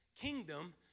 kingdom